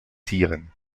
tieren